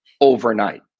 overnight